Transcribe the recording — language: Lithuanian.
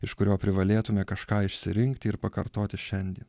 iš kurio privalėtumėme kažką išsirinkti ir pakartoti šiandien